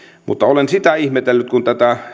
mutta olen sitä ihmetellyt että kun